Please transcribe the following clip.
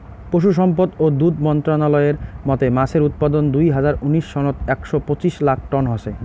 পশুসম্পদ ও দুধ মন্ত্রালয়ের মতে মাছের উৎপাদন দুই হাজার উনিশ সনত একশ পঁচিশ লাখ টন হসে